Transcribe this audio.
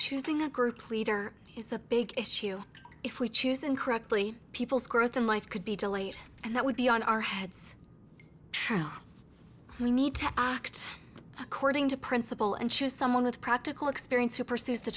choosing a group leader is a big issue if we choose incorrectly people's growth in life could be delayed and that would be on our heads we need to act according to principle and choose someone with practical experience who pursues the